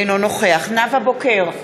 אינו נוכח נאוה בוקר,